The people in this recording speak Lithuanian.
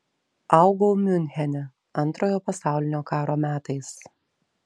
augau miunchene antrojo pasaulinio karo metais